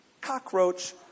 cockroach